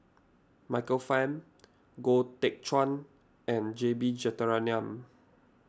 Michael Fam Goh Teck Phuan and J B Jeyaretnam